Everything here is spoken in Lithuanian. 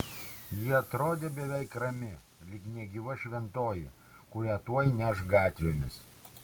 ji atrodė beveik rami lyg negyva šventoji kurią tuoj neš gatvėmis